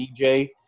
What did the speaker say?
DJ